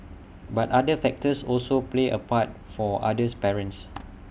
but other factors also played A part for others parents